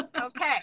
Okay